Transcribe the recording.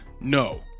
No